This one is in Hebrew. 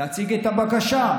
להציג את הבקשה,